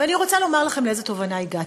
ואני רוצה לומר לכם לאיזו תובנה הגעתי.